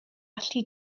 allu